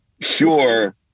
sure